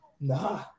nah